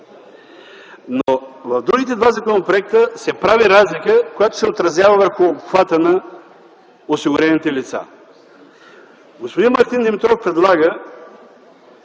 Но в другите два законопроекта се прави разлика, когато се отразява върху обхвата на осигурените лица. Господин Мартин Димитров предлага